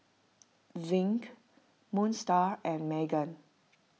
Zinc Moon Star and Megan